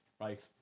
Right